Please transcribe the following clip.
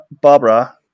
Barbara